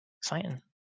Exciting